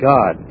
God